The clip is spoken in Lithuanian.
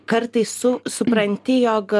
kartais su supranti jog